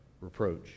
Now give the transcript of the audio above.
reproach